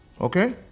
okay